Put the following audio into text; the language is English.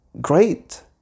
great